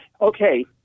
Okay